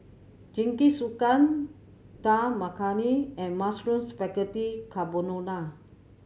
Jingisukan Dal Makhani and Mushroom Spaghetti Carbonara